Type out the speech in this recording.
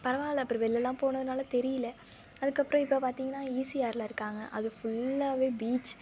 பரவாயில்ல அப்புறம் வெளிலலாம் போனதினால தெரியல அதுக்கப்புறம் இப்போ பார்த்திங்கன்னா ஈசிஆரில் இருக்காங்க அது ஃபுல்லாகவே பீச்